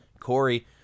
Corey